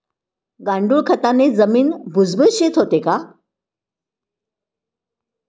गांडूळ खताने जमीन भुसभुशीत होते का?